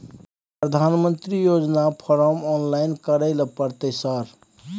प्रधानमंत्री योजना form online करैले परतै सर?